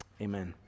amen